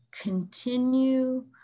continue